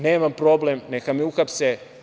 Nemam problem, neka me uhapse.